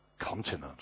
continent